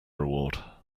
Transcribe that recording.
reward